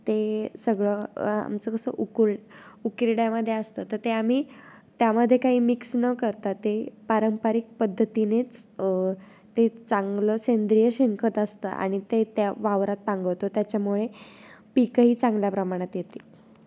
ते सगळं आमचं कसं उकुळ उकिरड्यामध्ये असतं तर ते आम्ही त्यामदे काही मिक्स न करत ते पारंपारिक पद्धतीनेच ते चांगलं सेंद्रिय शेणखत असतं आणि ते त्या वावरात पांगवतो त्याच्यामुळे पिकंही चांगल्या प्रमाणात येतील